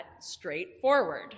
straightforward